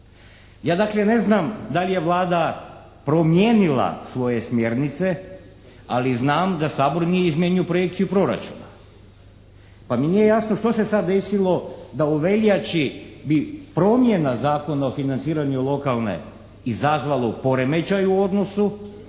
Ja dakle ne znam da li je Vlada promijenila svoje smjernice, ali znam da Sabor nije izmijenio projekciju proračuna pa mi nije jasno što se sad desilo da u veljači bi promjena Zakona o financiranju lokalne izazvalo poremećaju u odnosu,